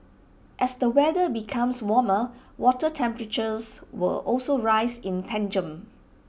as the weather becomes warmer water temperatures will also rise in tandem